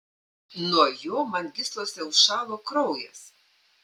nuo jo man gyslose užšalo kraujas